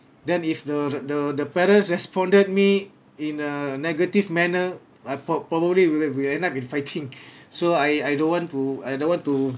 then if the the the parents responded me in a negative manner I pro~ probably will will end up in fighting so I I don't want to I don't want to